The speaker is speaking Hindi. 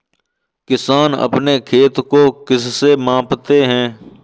किसान अपने खेत को किससे मापते हैं?